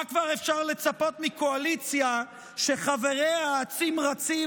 מה כבר אפשר לצפות מקואליציה שחבריה אצים-רצים